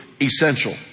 essential